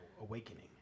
awakening